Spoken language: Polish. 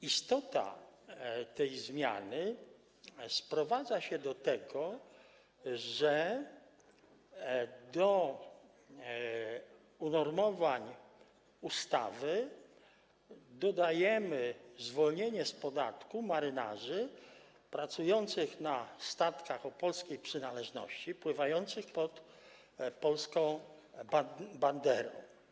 Istota tej zmiany sprowadza się do tego, że do unormowań ustawy dodajemy zwolnienie z podatku marynarzy pracujących na statkach o polskiej przynależności, pływających pod polską banderą.